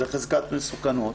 זה חזקת מסוכנות